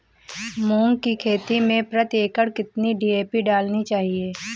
मूंग की खेती में प्रति एकड़ कितनी डी.ए.पी डालनी चाहिए?